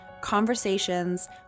conversations